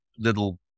little